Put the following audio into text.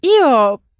Io